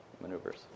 maneuvers